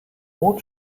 more